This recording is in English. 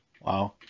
Wow